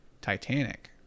Titanic